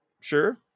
Sure